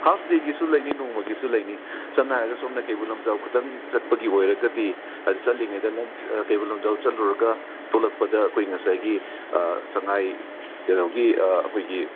half ꯗꯦꯒꯤꯁꯨ ꯂꯩꯅꯤ ꯅꯣꯡꯃꯒꯤꯁꯨ ꯂꯩꯅꯤ ꯁꯝꯅ ꯍꯥꯏꯔꯗ ꯁꯣꯝꯗ ꯀꯩꯕꯨꯜ ꯂꯝꯖꯥꯎ ꯈꯇꯪ ꯆꯠꯄꯒꯤ ꯑꯣꯏꯔꯒꯗꯤ ꯆꯠꯂꯤꯉꯩꯗ ꯀꯩꯕꯨꯜ ꯂꯝꯖꯥꯎ ꯆꯠꯂꯨꯔꯒ ꯊꯣꯛꯂꯛꯄꯗ ꯑꯩꯈꯣꯏ ꯉꯁꯥꯏꯒꯤ ꯁꯉꯥꯏ ꯀꯩꯅꯣꯒꯤ ꯑꯩꯈꯣꯏꯒꯤ